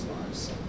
lives